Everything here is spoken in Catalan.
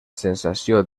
sensació